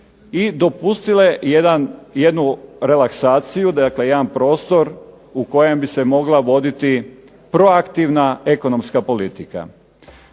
i dopustile jednu relaksaciju, dakle jedan prostor u kojem bi se mogla voditi proaktivna ekonomska politika.